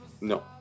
No